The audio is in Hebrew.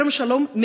מכרם שלום,